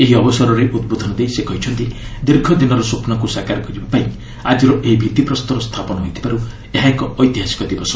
ଏହି ଅବସରରେ ଉଦ୍ବୋଧନ ଦେଇ ସେ କହିଛନ୍ତି ଦୀର୍ଘଦିନର ସ୍ୱପ୍ନକୁ ସାକାର କରିବାପାଇଁ ଆଜିର ଏହି ଭିତ୍ତିପ୍ରସ୍ତର ସ୍ଥାପନ ହୋଇଥିବାରୁ ଏହା ଏକ ଐତିହାସିକ ଦିବସ